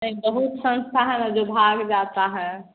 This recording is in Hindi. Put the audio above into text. नहीं बहुत संस्था है न जो भाग जाता है